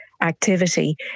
activity